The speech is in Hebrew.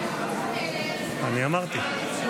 אני אמרתי.